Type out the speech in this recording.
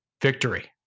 victory